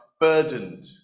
burdened